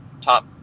top